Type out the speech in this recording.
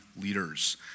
Leaders